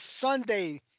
Sunday